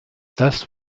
das